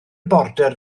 border